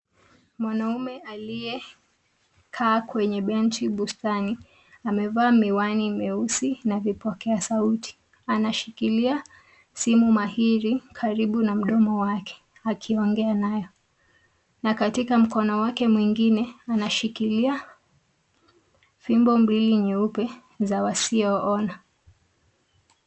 Mwanaume aliyekaa kwenye benchi bustani, amevaa miwani meusi na vipokea sauti. Anashikilia simu mahiri karibu na mdomo wake akiongea nayo, na katika mkono wake mwingine anashikilia fimbo mbili nyeupe za wasioona.